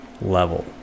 level